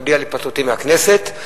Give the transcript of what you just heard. להודיע על התפטרותי מהכנסת,